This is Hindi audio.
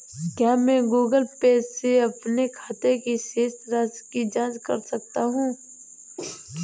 क्या मैं गूगल पे से अपने खाते की शेष राशि की जाँच कर सकता हूँ?